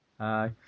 Hi